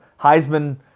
Heisman